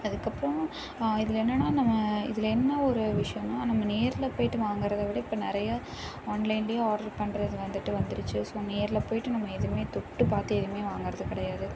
அதுக்கப்புறம் இதில் என்னென்னா நம்ம இதில் என்ன ஒரு விஷயோன்னா நம்ம நேரில் போயிட்டு வாங்கிறத விட இப்போ நிறைய ஆன்லைன்லையே ஆட்ரு பண்ணுறது வந்துட்டு வந்துடுச்சி ஸோ நேரில் போயிட்டு நம்ம எதுவுமே தொட்டு பார்த்து எதுமே வாங்கறது கெடையாது